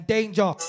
Danger